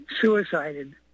suicided